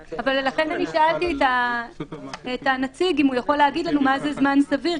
לכן שאלתי את הנציג אם יכול לומר לנו מה זה זמן סביר,